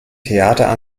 theater